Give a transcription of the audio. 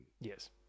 yes